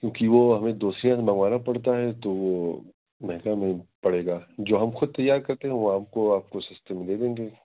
کیونکہ وہ ہمیں دوسری جگہ سے منگوانا پڑتا ہے تو وہ مہنگا پڑے گا جو ہم خود تیار کرتے ہیں وہ ہم کو آپ کو سستے میں دے دیں گے